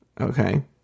okay